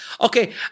Okay